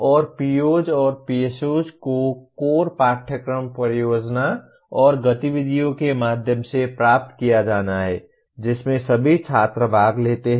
और POs और PSOs को कोर पाठ्यक्रम परियोजना और गतिविधियों के माध्यम से प्राप्त किया जाना है जिसमें सभी छात्र भाग लेते हैं